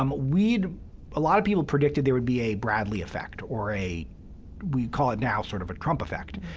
um we a lot of people predicted there would be a bradley effect or a we call it now sort of a trump effect,